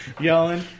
yelling